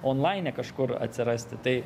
onlaine kažkur atsirasti tai